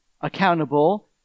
accountable